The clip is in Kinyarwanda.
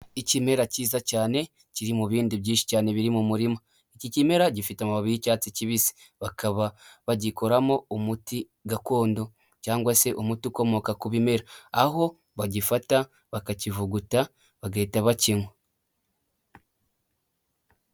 Ikimera cyiza cyane kiri mu bindi byinshi cyane biri mu murima, iki kimera gifite amababi y'icyatsi kibisi, bakaba bagikoramo umuti gakondo cyangwa se umuti ukomoka ku bimera aho bagifata bakakivuguta bagahita bakinywa.